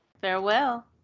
farewell